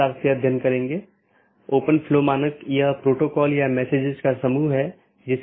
तो इस तरह से मैनाजैबिलिटी बहुत हो सकती है या स्केलेबिलिटी सुगम हो जाती है